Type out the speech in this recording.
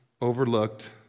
overlooked